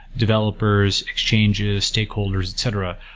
developers, exchanges, stakeholders, et cetera,